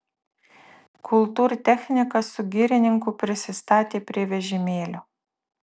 kultūrtechnikas su girininku prisistatė prie vežimėlio